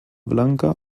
blanca